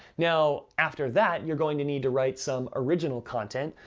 now, after that, you're going to need to write some original content,